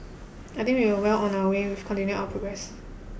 I think we are well on our way with continuing our progress